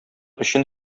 өчен